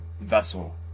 vessel